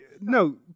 no